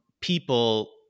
people